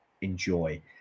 Enjoy